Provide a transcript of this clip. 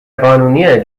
قانونیه